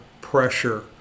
pressure